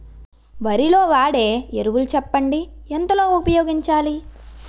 వరిలో వాడే ఎరువులు చెప్పండి? ఎంత లో ఉపయోగించాలీ?